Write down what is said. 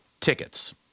tickets